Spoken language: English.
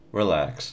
relax